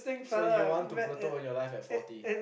so you want to plateau on your life at forty